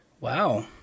Wow